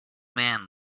man